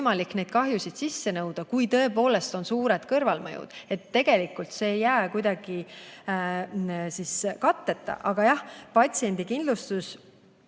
neid kahjusid sisse nõuda, kui tõepoolest on suured kõrvalmõjud. Tegelikult see ei jää kuidagi katteta. Aga jah, patsiendikindlustus